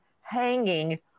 hanging